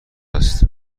است